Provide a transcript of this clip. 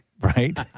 Right